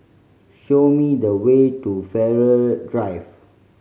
show me the way to Farrer Drive